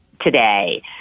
today